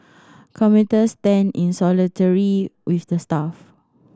commuter stand in solidarity with the staff